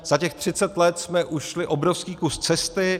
Za těch 30 let jsme ušli obrovský kus cesty.